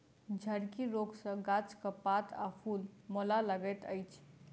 झड़की रोग सॅ गाछक पात आ फूल मौलाय लगैत अछि